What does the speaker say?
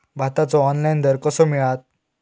भाताचो ऑनलाइन दर कसो मिळात?